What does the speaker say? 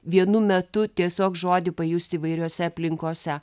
vienu metu tiesiog žodį pajusti įvairiose aplinkose